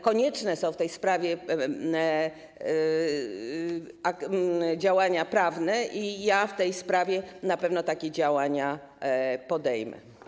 Konieczne są w tej sprawie działania prawne i ja w tej sprawie na pewno takie działania podejmę.